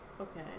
Okay